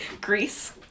Greece